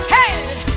Hey